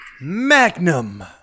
Magnum